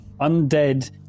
undead